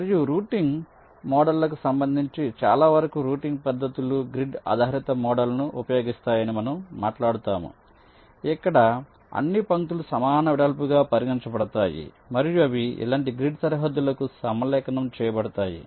మరియు రౌటింగ్ మోడళ్లకు సంబంధించి చాలావరకు రౌటింగ్ పద్ధతులు గ్రిడ్ ఆధారిత మోడల్ను ఉపయోగిస్తాయని మనం మాట్లాడతాము ఇక్కడ అన్ని పంక్తులు సమాన వెడల్పుగా పరిగణించబడతాయి మరియు అవి ఇలాంటి గ్రిడ్ సరిహద్దులకు సమలేఖనం చేయబడతాయి